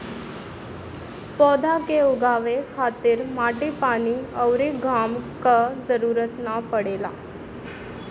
पौधा के उगावे खातिर माटी पानी अउरी घाम क जरुरत ना पड़ेला